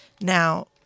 Now